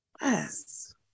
Yes